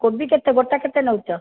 କୋବି କେତେ ଗୋଟା କେତେ ନେଉଛ